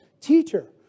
Teacher